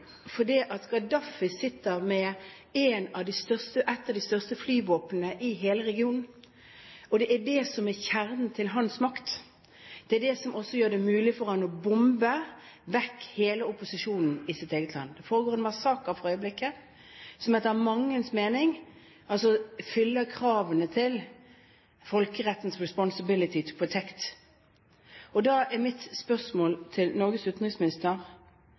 sitter med et av de største flyvåpnene i hele regionen. Det er det som er kjernen i hans makt. Det er det som også gjør det mulig for ham å bombe vekk hele opposisjonen i sitt eget land. Det foregår for øyeblikket en massakre som etter manges mening fyller kravene til folkerettens «responsibility to protect». Mitt spørsmål til Norges utenriksminister